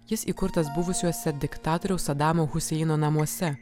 jis įkurtas buvusiuose diktatoriaus sadamo huseino namuose